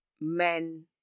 men